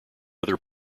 other